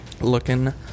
Looking